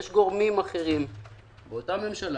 יש גורמים אחרים באותה ממשלה